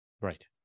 Right